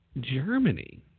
Germany